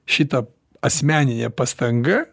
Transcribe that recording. šita asmeninė pastanga